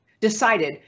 decided